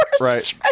Right